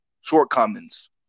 shortcomings